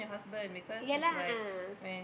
ya lah ah